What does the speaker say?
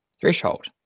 threshold